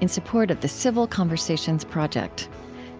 in support of the civil conversations project